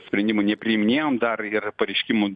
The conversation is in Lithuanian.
sprendimų nepriiminėjom dar ir pareiškimų